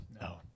No